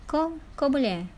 kau kau boleh eh